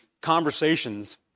conversations